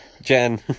Jen